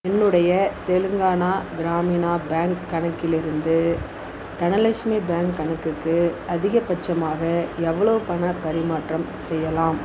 என்னுடைய தெலுங்கானா கிராமினா பேங்க் கணக்கிலிருந்து தனலக்ஷ்மி பேங்க் கணக்குக்கு அதிகபட்சமாக எவ்வளவு பணப் பரிமாற்றம் செய்யலாம்